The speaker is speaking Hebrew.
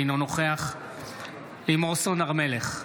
אינו נוכח לימור סון הר מלך,